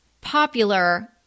popular